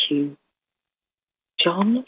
John